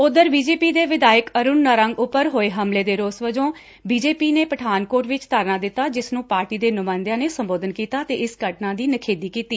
ਉਧਰ ਬੀਜੇਪੀ ਦੇ ਵਿਧਾਇਕ ਅਰੁਨ ਨਾਰੰਗ ਉਪਰ ਹੋਏ ਹਮਲੇ ਦੇ ਰੋਸ ਵਿਚ ਬੀਜੇਪੀ ਨੇ ਪਠਾਨਕੋਟ ਵਿੱਚ ਧਰਨਾ ਦਿੱਤਾ ਜਿਸ ਨੰ ਪਾਰਟੀ ਦੇ ਨੁਮਾਇੰਦਿਆਂ ਨੇ ਸੰਬੋਧਨ ਕੀਤਾ ਅਤੇ ਇਸ ਘਟਨਾ ਦੀ ਨਿਖੇਧੀ ਕੀਤੀ